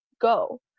go